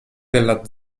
della